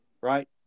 Right